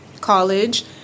college